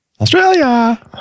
australia